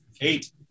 Eight